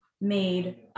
Made